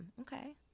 Okay